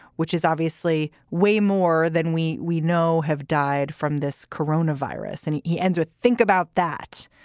which is obviously way more than we we know have died from this corona virus. and he he ends with think about that.